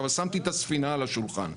אבל שמתי את הספינה על השולחן.